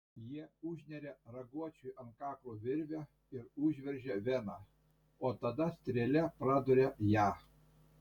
jie užneria raguočiui ant kaklo virvę ir užveržia veną o tada strėle praduria ją